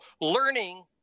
learning